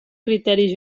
criteris